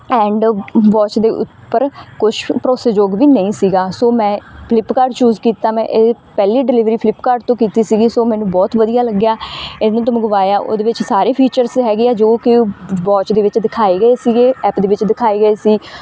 and watch ਦੇ ਉੱਪਰ ਕੁਛ ਭਰੋਸੇਯੋਗ ਵੀ ਨਹੀਂ ਸੀਗਾ ਸੋ ਮੈਂ ਫਲਿਪਕਾਰਟ ਚੂਜ਼ ਕੀਤਾ ਮੈਂ ਇਹ ਪਹਿਲੀ ਡਿਲੀਵਰੀ ਫਲਿਪਕਾਰਟ ਤੋਂ ਕੀਤੀ ਸੀਗੀ ਸੋ ਮੈਨੂੰ ਬਹੁਤ ਵਧੀਆ ਲੱਗਿਆ ਇਹਨਾਂ ਤੋਂ ਮੰਗਵਾਇਆ ਉਹਦੇ ਵਿੱਚ ਸਾਰੇ ਫੀਚਰਸ ਹੈਗੇ ਆ ਜੋ ਕਿ ਵੋਚ ਦੇ ਵਿੱਚ ਦਿਖਾਏ ਗਏ ਸੀਗੇ ਐਪ ਦੇ ਵਿੱਚ ਦਿਖਾਏ ਗਏ ਸੀ